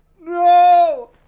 No